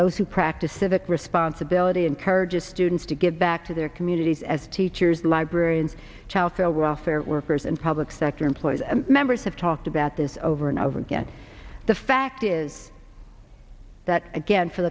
those who practice civic responsibility encourages students to give back to their communities as teachers librarians childcare welfare workers and public sector employees members have talked about this over and over again the fact is that again for